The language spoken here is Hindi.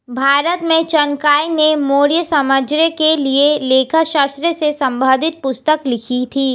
भारत में चाणक्य ने मौर्य साम्राज्य के लिए लेखा शास्त्र से संबंधित पुस्तक लिखी थी